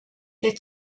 der